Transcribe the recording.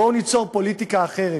בואו ניצור פוליטיקה אחרת,